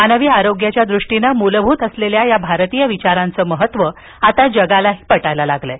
मानवी आरोग्याच्या दृष्टीनं मूलभूत असलेल्या या भारतीय विचारांचं महत्त्व आता जगालाही पटायला लागलंय